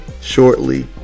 shortly